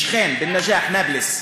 בשכם, בא-נג'אח, נבלוס.